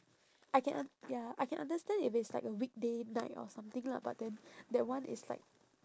I can un~ ya I can understand if it's like a weekday night or something lah but then that one is like